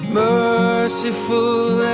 merciful